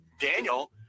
Daniel